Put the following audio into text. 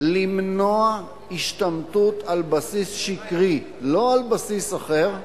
למנוע השתמטות על בסיס שקרי, לא על בסיס אחר,